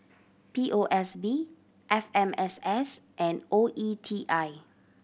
P O S B F M S S and O E T I